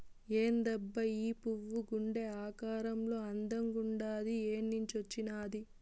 ఏందబ్బా ఈ పువ్వు గుండె ఆకారంలో అందంగుండాది ఏన్నించొచ్చినాది